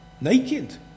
naked